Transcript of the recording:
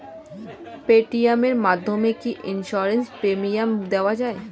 Paytm এর মাধ্যমে কি ইন্সুরেন্স প্রিমিয়াম দেওয়া যায়?